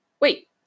Wait